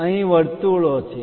અહીં વર્તુળો છે